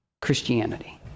Christianity